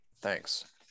Thanks